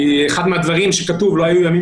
כי אחד הדברים שכתוב: לא היו ימים